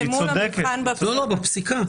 לא בחוק.